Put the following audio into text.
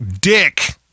dick